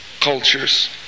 cultures